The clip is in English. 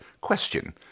question